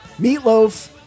Meatloaf